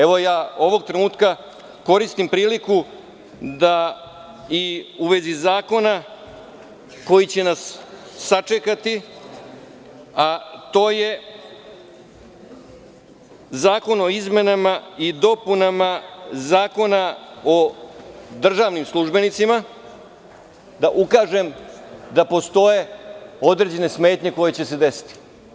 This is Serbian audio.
Evo ja, ovog trenutka koristim priliku da i u vezi zakona koji će nas sačekati, a to je Zakon o izmenama i dopunama Zakona o državnim službenicima, da ukažem da postoje određene smetnje koje će se desiti.